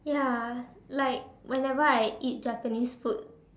ya like whenever I eat Japanese food